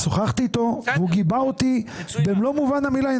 שוחחתי איתו והוא גיבה אותי במלוא מובן המילה.